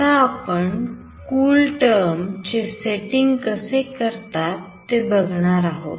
आता आपण CoolTerm चे सेटिंग कसे करतात ते बघणार आहोत